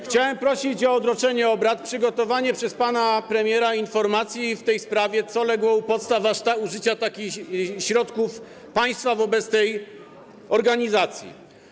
Chciałem prosić o odroczenie obrad i przygotowanie przez pana premiera informacji w tej sprawie, co legło u podstaw decyzji o użyciu aż takich środków państwa wobec tej organizacji.